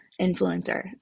influencer